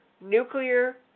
nuclear